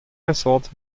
ressort